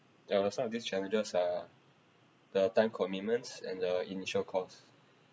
uh some of these challenges are the time commitments and the initial cost